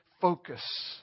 focus